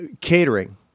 catering